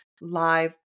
live